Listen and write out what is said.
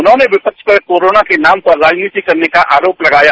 उन्होंने विपक्ष पर कोरोना के नाम पर राजनीति करने का आरोप लगाया